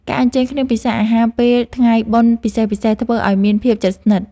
ការអញ្ជើញគ្នាពិសារអាហារពេលថ្ងៃបុណ្យពិសេសៗធ្វើឱ្យមានភាពជិតស្និទ្ធ។